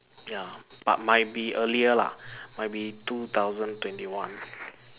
ya but might be earlier lah might be two thousand twenty one